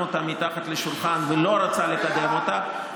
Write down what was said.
אותה מתחת לשולחן ולא רצה לקדם אותה,